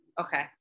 Okay